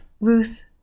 Ruth